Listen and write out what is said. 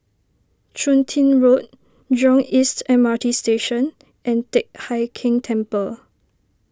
Chun Tin Road Jurong East M R T Station and Teck Hai Keng Temple